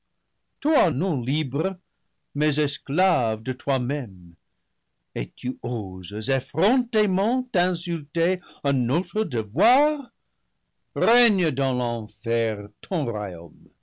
toi non libre mais esclave de toi-même et tu oses effrontément insulter à notre devoir règne dans l'enfer ton